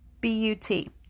B-U-T